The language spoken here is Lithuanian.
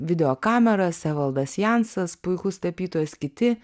kameras evaldas jansas puikus tapytojas kiti